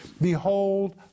behold